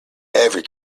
every